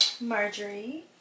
Marjorie